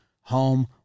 home